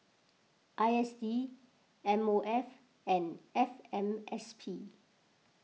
I S D M O F and F M S P